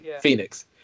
Phoenix